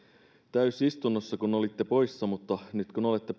täysistunnossa kun olitte poissa mutta nyt kun olette